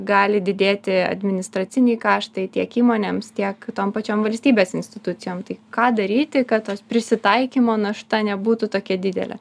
gali didėti administraciniai kaštai tiek įmonėms tiek tom pačiom valstybės institucijom tai ką daryti kad tos prisitaikymo našta nebūtų tokia didelė